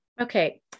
Okay